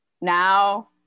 now